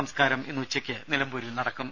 സംസ്കാരം ഇന്ന് ഉച്ചയ്ക്ക് നിലമ്പൂരിൽ നടക്കും